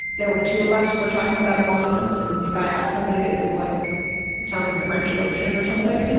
there were two of us who were talking about emoluments. and if i asked somebody, they'd be like, it sounds like a french lotion or something.